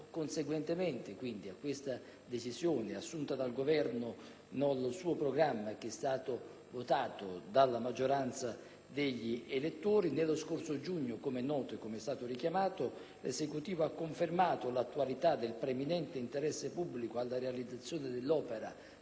Conseguentemente a questa decisione assunta dal Governo nel suo programma (che è stato votato dalla maggioranza degli elettori), nello scorso giugno, com'è noto e com'è stato richiamato, l'Esecutivo ha confermato l'attualità del preminente interesse pubblico alla realizzazione dell'opera